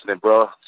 bro